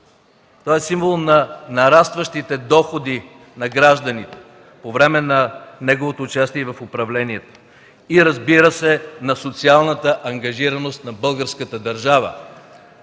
Той е символ на нарастващите доходи на гражданите по време на неговото участие в управлението и, разбира се, на социалната ангажираност на българската държава